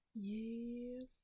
Yes